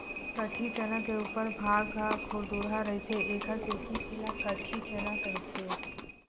कटही चना के उपर भाग ह खुरदुरहा रहिथे एखर सेती ऐला कटही चना कहिथे